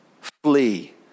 Flee